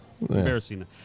embarrassing